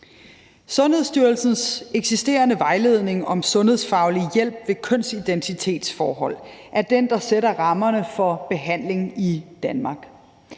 Sundhedsstyrelsens eksisterende vejledning om sundhedsfaglig hjælp ved kønsidentitetsforhold er den, der sætter rammerne for behandling i Danmark.